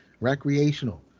Recreational